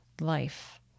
life